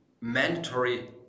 mandatory